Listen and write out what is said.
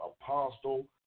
apostle